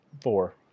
four